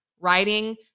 writing